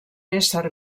ésser